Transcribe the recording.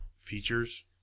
features